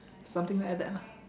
something like that lah